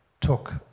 took